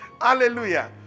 Hallelujah